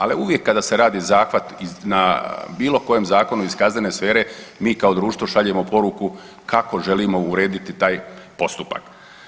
Ali uvijek kada se radi zahvat na bilo kojem zakonu iz kaznene sfere mi kao društvo šaljemo poruku kako želimo urediti taj postupak.